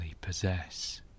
possess